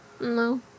No